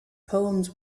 poems